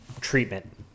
treatment